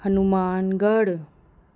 Hanumangarh